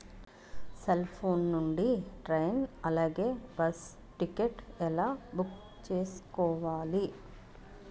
Cell phone నుండి train అలాగే bus ticket ఎలా బుక్ చేసుకోవాలి?